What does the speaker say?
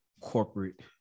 corporate